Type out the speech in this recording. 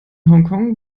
hongkong